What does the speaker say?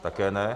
Také ne.